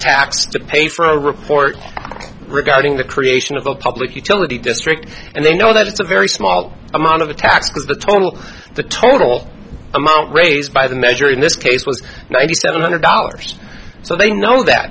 tax to pay for a report regarding the creation of the public utility district and they know that it's a very small amount of the tax because the total the total amount raised by the measure in this case was ninety seven hundred dollars so they know that